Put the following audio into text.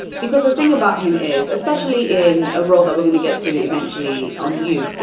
because the thing about him is, especially in a role that we're gonna get to eventually own you.